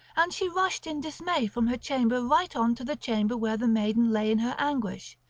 and she rushed in dismay from her chamber right on to the chamber where the maiden lay in her anguish,